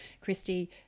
Christy